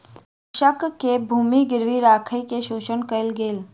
कृषक के भूमि गिरवी राइख के शोषण कयल गेल